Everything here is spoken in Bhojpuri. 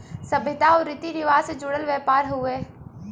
सभ्यता आउर रीती रिवाज से जुड़ल व्यापार हउवे